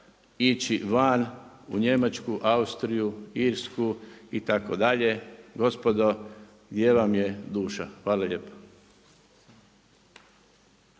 ići van u Njemačku, Austriju, Irsku itd. gospodo gdje vam je duša? Hvala lijepo.